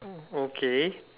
okay